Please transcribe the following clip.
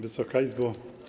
Wysoka Izbo!